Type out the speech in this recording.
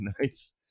nice